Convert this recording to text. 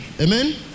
Amen